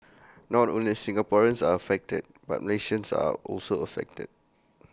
not only Singaporeans are affected but Malaysians are also affected